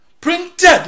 printed